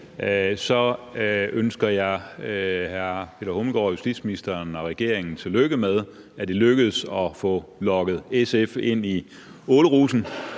den her sag ønsker jeg justitsministeren og regeringen tillykke med, at det lykkedes at få lokket SF ind i ålerusen,